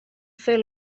fer